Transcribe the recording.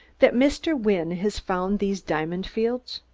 that mr. wynne has found these diamond fields?